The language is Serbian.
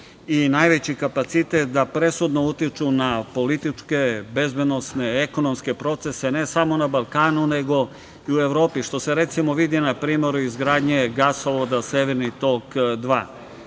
i najveći kapacitet da presudno utiču na političke, bezbednosne, ekonomske procese, ne samo na Balkanu nego i u Evropi, što se, recimo, vidi na primeru izgradnje gasovoda Severni tok 2.